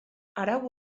arau